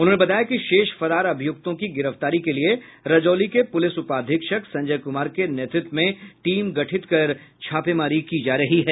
उन्होंने बताया कि शेष फरार अभियुक्तों की गिरफ्तारी के लिए रजौली के पुलिस उपाधीक्षक संजय कुमार के नेतृत्व में टीम गठित कर छापेमारी की जा रही है